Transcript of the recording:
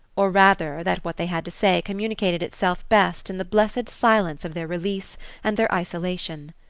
or rather that what they had to say communicated itself best in the blessed silence of their release and their isolation.